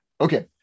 Okay